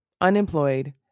unemployed